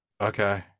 okay